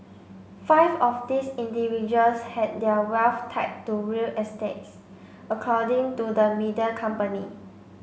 five of these individuals had their wealth tied to real estates according to the media company